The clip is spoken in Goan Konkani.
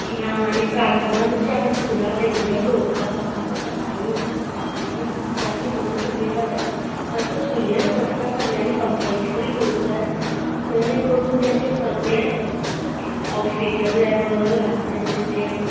या आनी प्रार्थना जशीं आमी स्कुलान रेगुलर दवरता म्हाका दिसता सकाळी भुरगीं क्लासी भितर सरली जाल्यार मातसो सुर्य नमस्कार सगळ्यांनी कंपलसरी दवरूं जाय जेणे करून तेंचे सगळे ऑक्सिजन लेवल आनी तेंचे ते